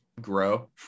grow